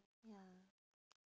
ya